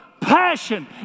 passion